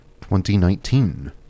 2019